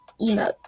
Emote